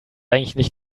eigentlich